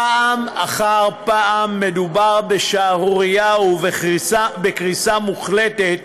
פעם אחר פעם מדובר בשערורייה ובקריסה מוחלטת